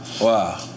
Wow